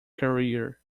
career